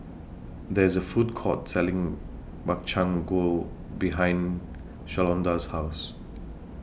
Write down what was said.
There IS A Food Court Selling Makchang Gui behind Shalonda's House